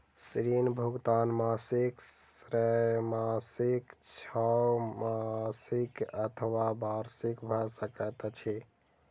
ऋण भुगतान मासिक त्रैमासिक, छौमासिक अथवा वार्षिक भ सकैत अछि